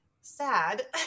sad